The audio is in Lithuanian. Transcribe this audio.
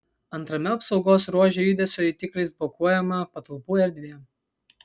antrame apsaugos ruože judesio jutikliais blokuojama patalpų erdvė